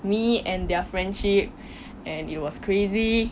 me and their friendship and it was crazy